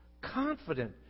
confident